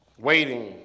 waiting